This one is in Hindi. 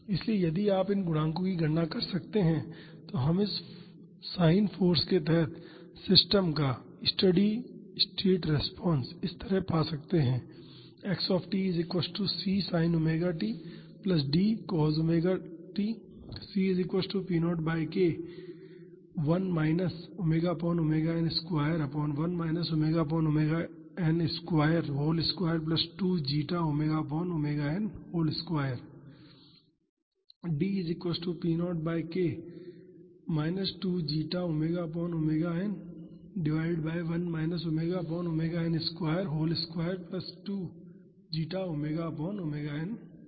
इसलिए यदि आप इन गुणांकों की गणना कर सकते हैं तो हम इस साइन फाॅर्स के तहत सिस्टम का स्टेडी स्टेट रिस्पांस इस तरह पा सकते हैं